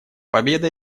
победа